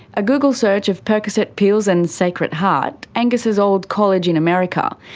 a google search of percocet pills and sacred heart, angus's old college in america,